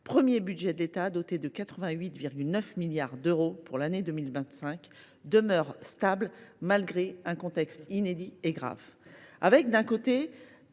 premier budget de l’État, doté de 88,9 milliards d’euros pour l’année 2025, demeure stable malgré un contexte inédit et grave marqué,